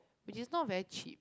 which is not very cheap